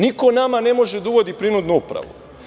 Niko nama ne može da uvodi prinudnu upravu.